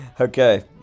Okay